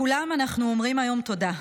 לכולם אנחנו אומרים היום תודה,